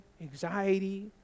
anxiety